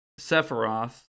Sephiroth